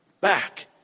Back